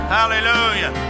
Hallelujah